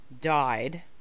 Died